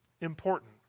important